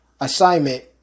assignment